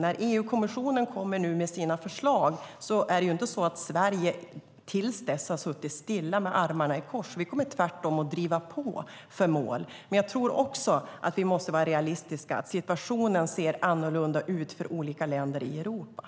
Sverige sitter inte stilla med armarna i kors tills EU-kommissionen kommer med sina förslag. Vi kommer tvärtom att driva på för målen. Men jag tror också att vi måste vara realistiska. Situationen ser annorlunda ut för andra länder i Europa.